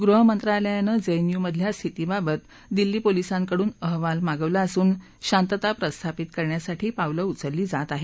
गृह मंत्रालयानं जेएनयूमधल्या स्थितीबाबत दिल्ली पोलिसांकडून अहवाल मागवला असून शांतता प्रस्थापित करण्यासाठी पावलं उचलली जात आहेत